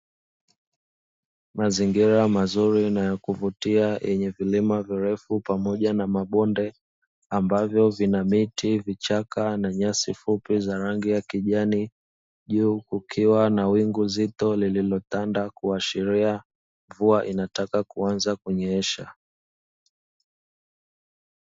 Mazingira mazuri na ya kuvutia yenye vilima virefu pamoja na mabonde ambavyo vina miti, vichaka na nyasi fupi za rangi ya kijani, juu kukiwa na wingu zito lililotanda kuashiria mvua inataka kuanza kunyesha.